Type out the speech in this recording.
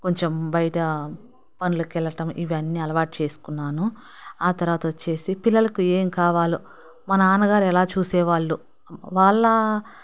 కొంచెం బయట పనులకి వెళ్ళటం ఇవన్నీ అలవాటు చేసుకున్నాను ఆ తర్వాత వచ్చేసి పిల్లలకు ఏం కావాలో మా నాన్నగారు ఎలా చూసేవాళ్ళు వాళ్ళ